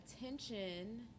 attention